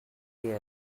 year